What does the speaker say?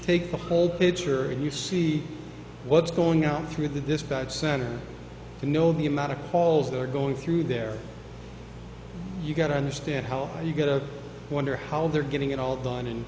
take the whole picture and you see what's going on through the dispatch center you know the amount of halls that are going through there you got to understand how you got to wonder how they're getting it all done and